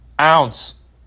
ounce